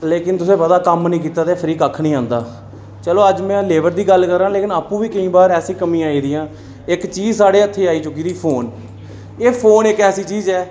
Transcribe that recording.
लेकिन तुसेंई पता कि कम्म निं कीता ते फ्री कक्ख निं आंदा चलो अज्ज में लेबर दी गल्ल करां लेकिन आपूं बी केईं बी ऐसी कमी आई गेदियां इक चीज साढ़ै हत्थै आई चुकी दी फोन फोन इक ऐसी चीज ऐ